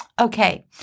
Okay